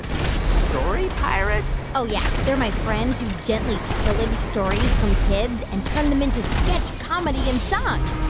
and story pirates? oh, yeah. they're my friends who gently pillage stories from kids and turn them into sketch comedy and songs.